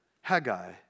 Haggai